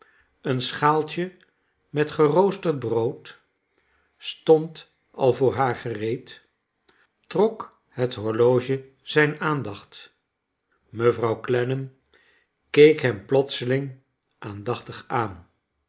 een schaaltje met geroosterd brood stond al voor haar gereed trok het horloge zijn aandacht mevrouw clennam keek hem plots eling aandachtig aan